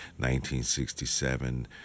1967